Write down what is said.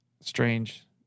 strange